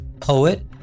poet